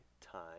time